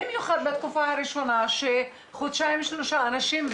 במיוחד בתקופה הראשונה שחודשיים-שלושה אנשים,